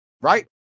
right